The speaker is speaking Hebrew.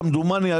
כמדומני,